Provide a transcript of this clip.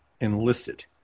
enlisted